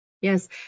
Yes